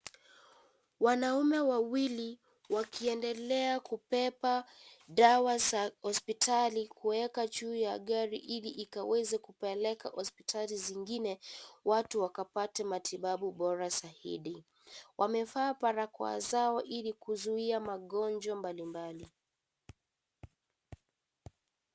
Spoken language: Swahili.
Wanaume wawili wakiendelea kubeba dawa za hospitali kuweka juu ya gari ili ikaweze kupeleka hospitali zingine watu wakapate matibabu bora zaidi . Wamevaa barakoa zao ili kuzuia magonjwa mbalimbali.